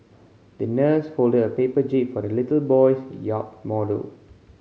the nurse folded a paper jib for the little boy's yacht model